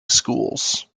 schools